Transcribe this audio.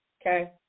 okay